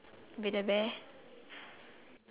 no [what] two then the eyebrow